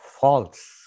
false